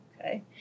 okay